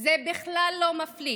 זה בכלל לא מפליא